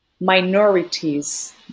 minorities